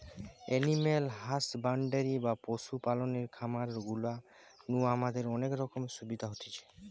animal husbandry বা পশু পালনের খামার গুলা নু আমাদের অনেক রকমের সুবিধা হতিছে